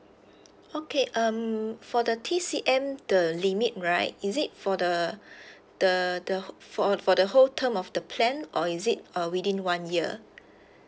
okay um for the T_C_M the limit right is it for the the the for for the whole term of the plan or is it uh within one year